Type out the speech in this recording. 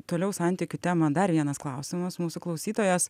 toliau santykių temą dar vienas klausimas mūsų klausytojas